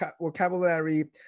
vocabulary